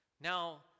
now